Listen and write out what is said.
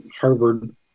Harvard